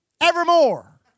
evermore